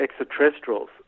extraterrestrials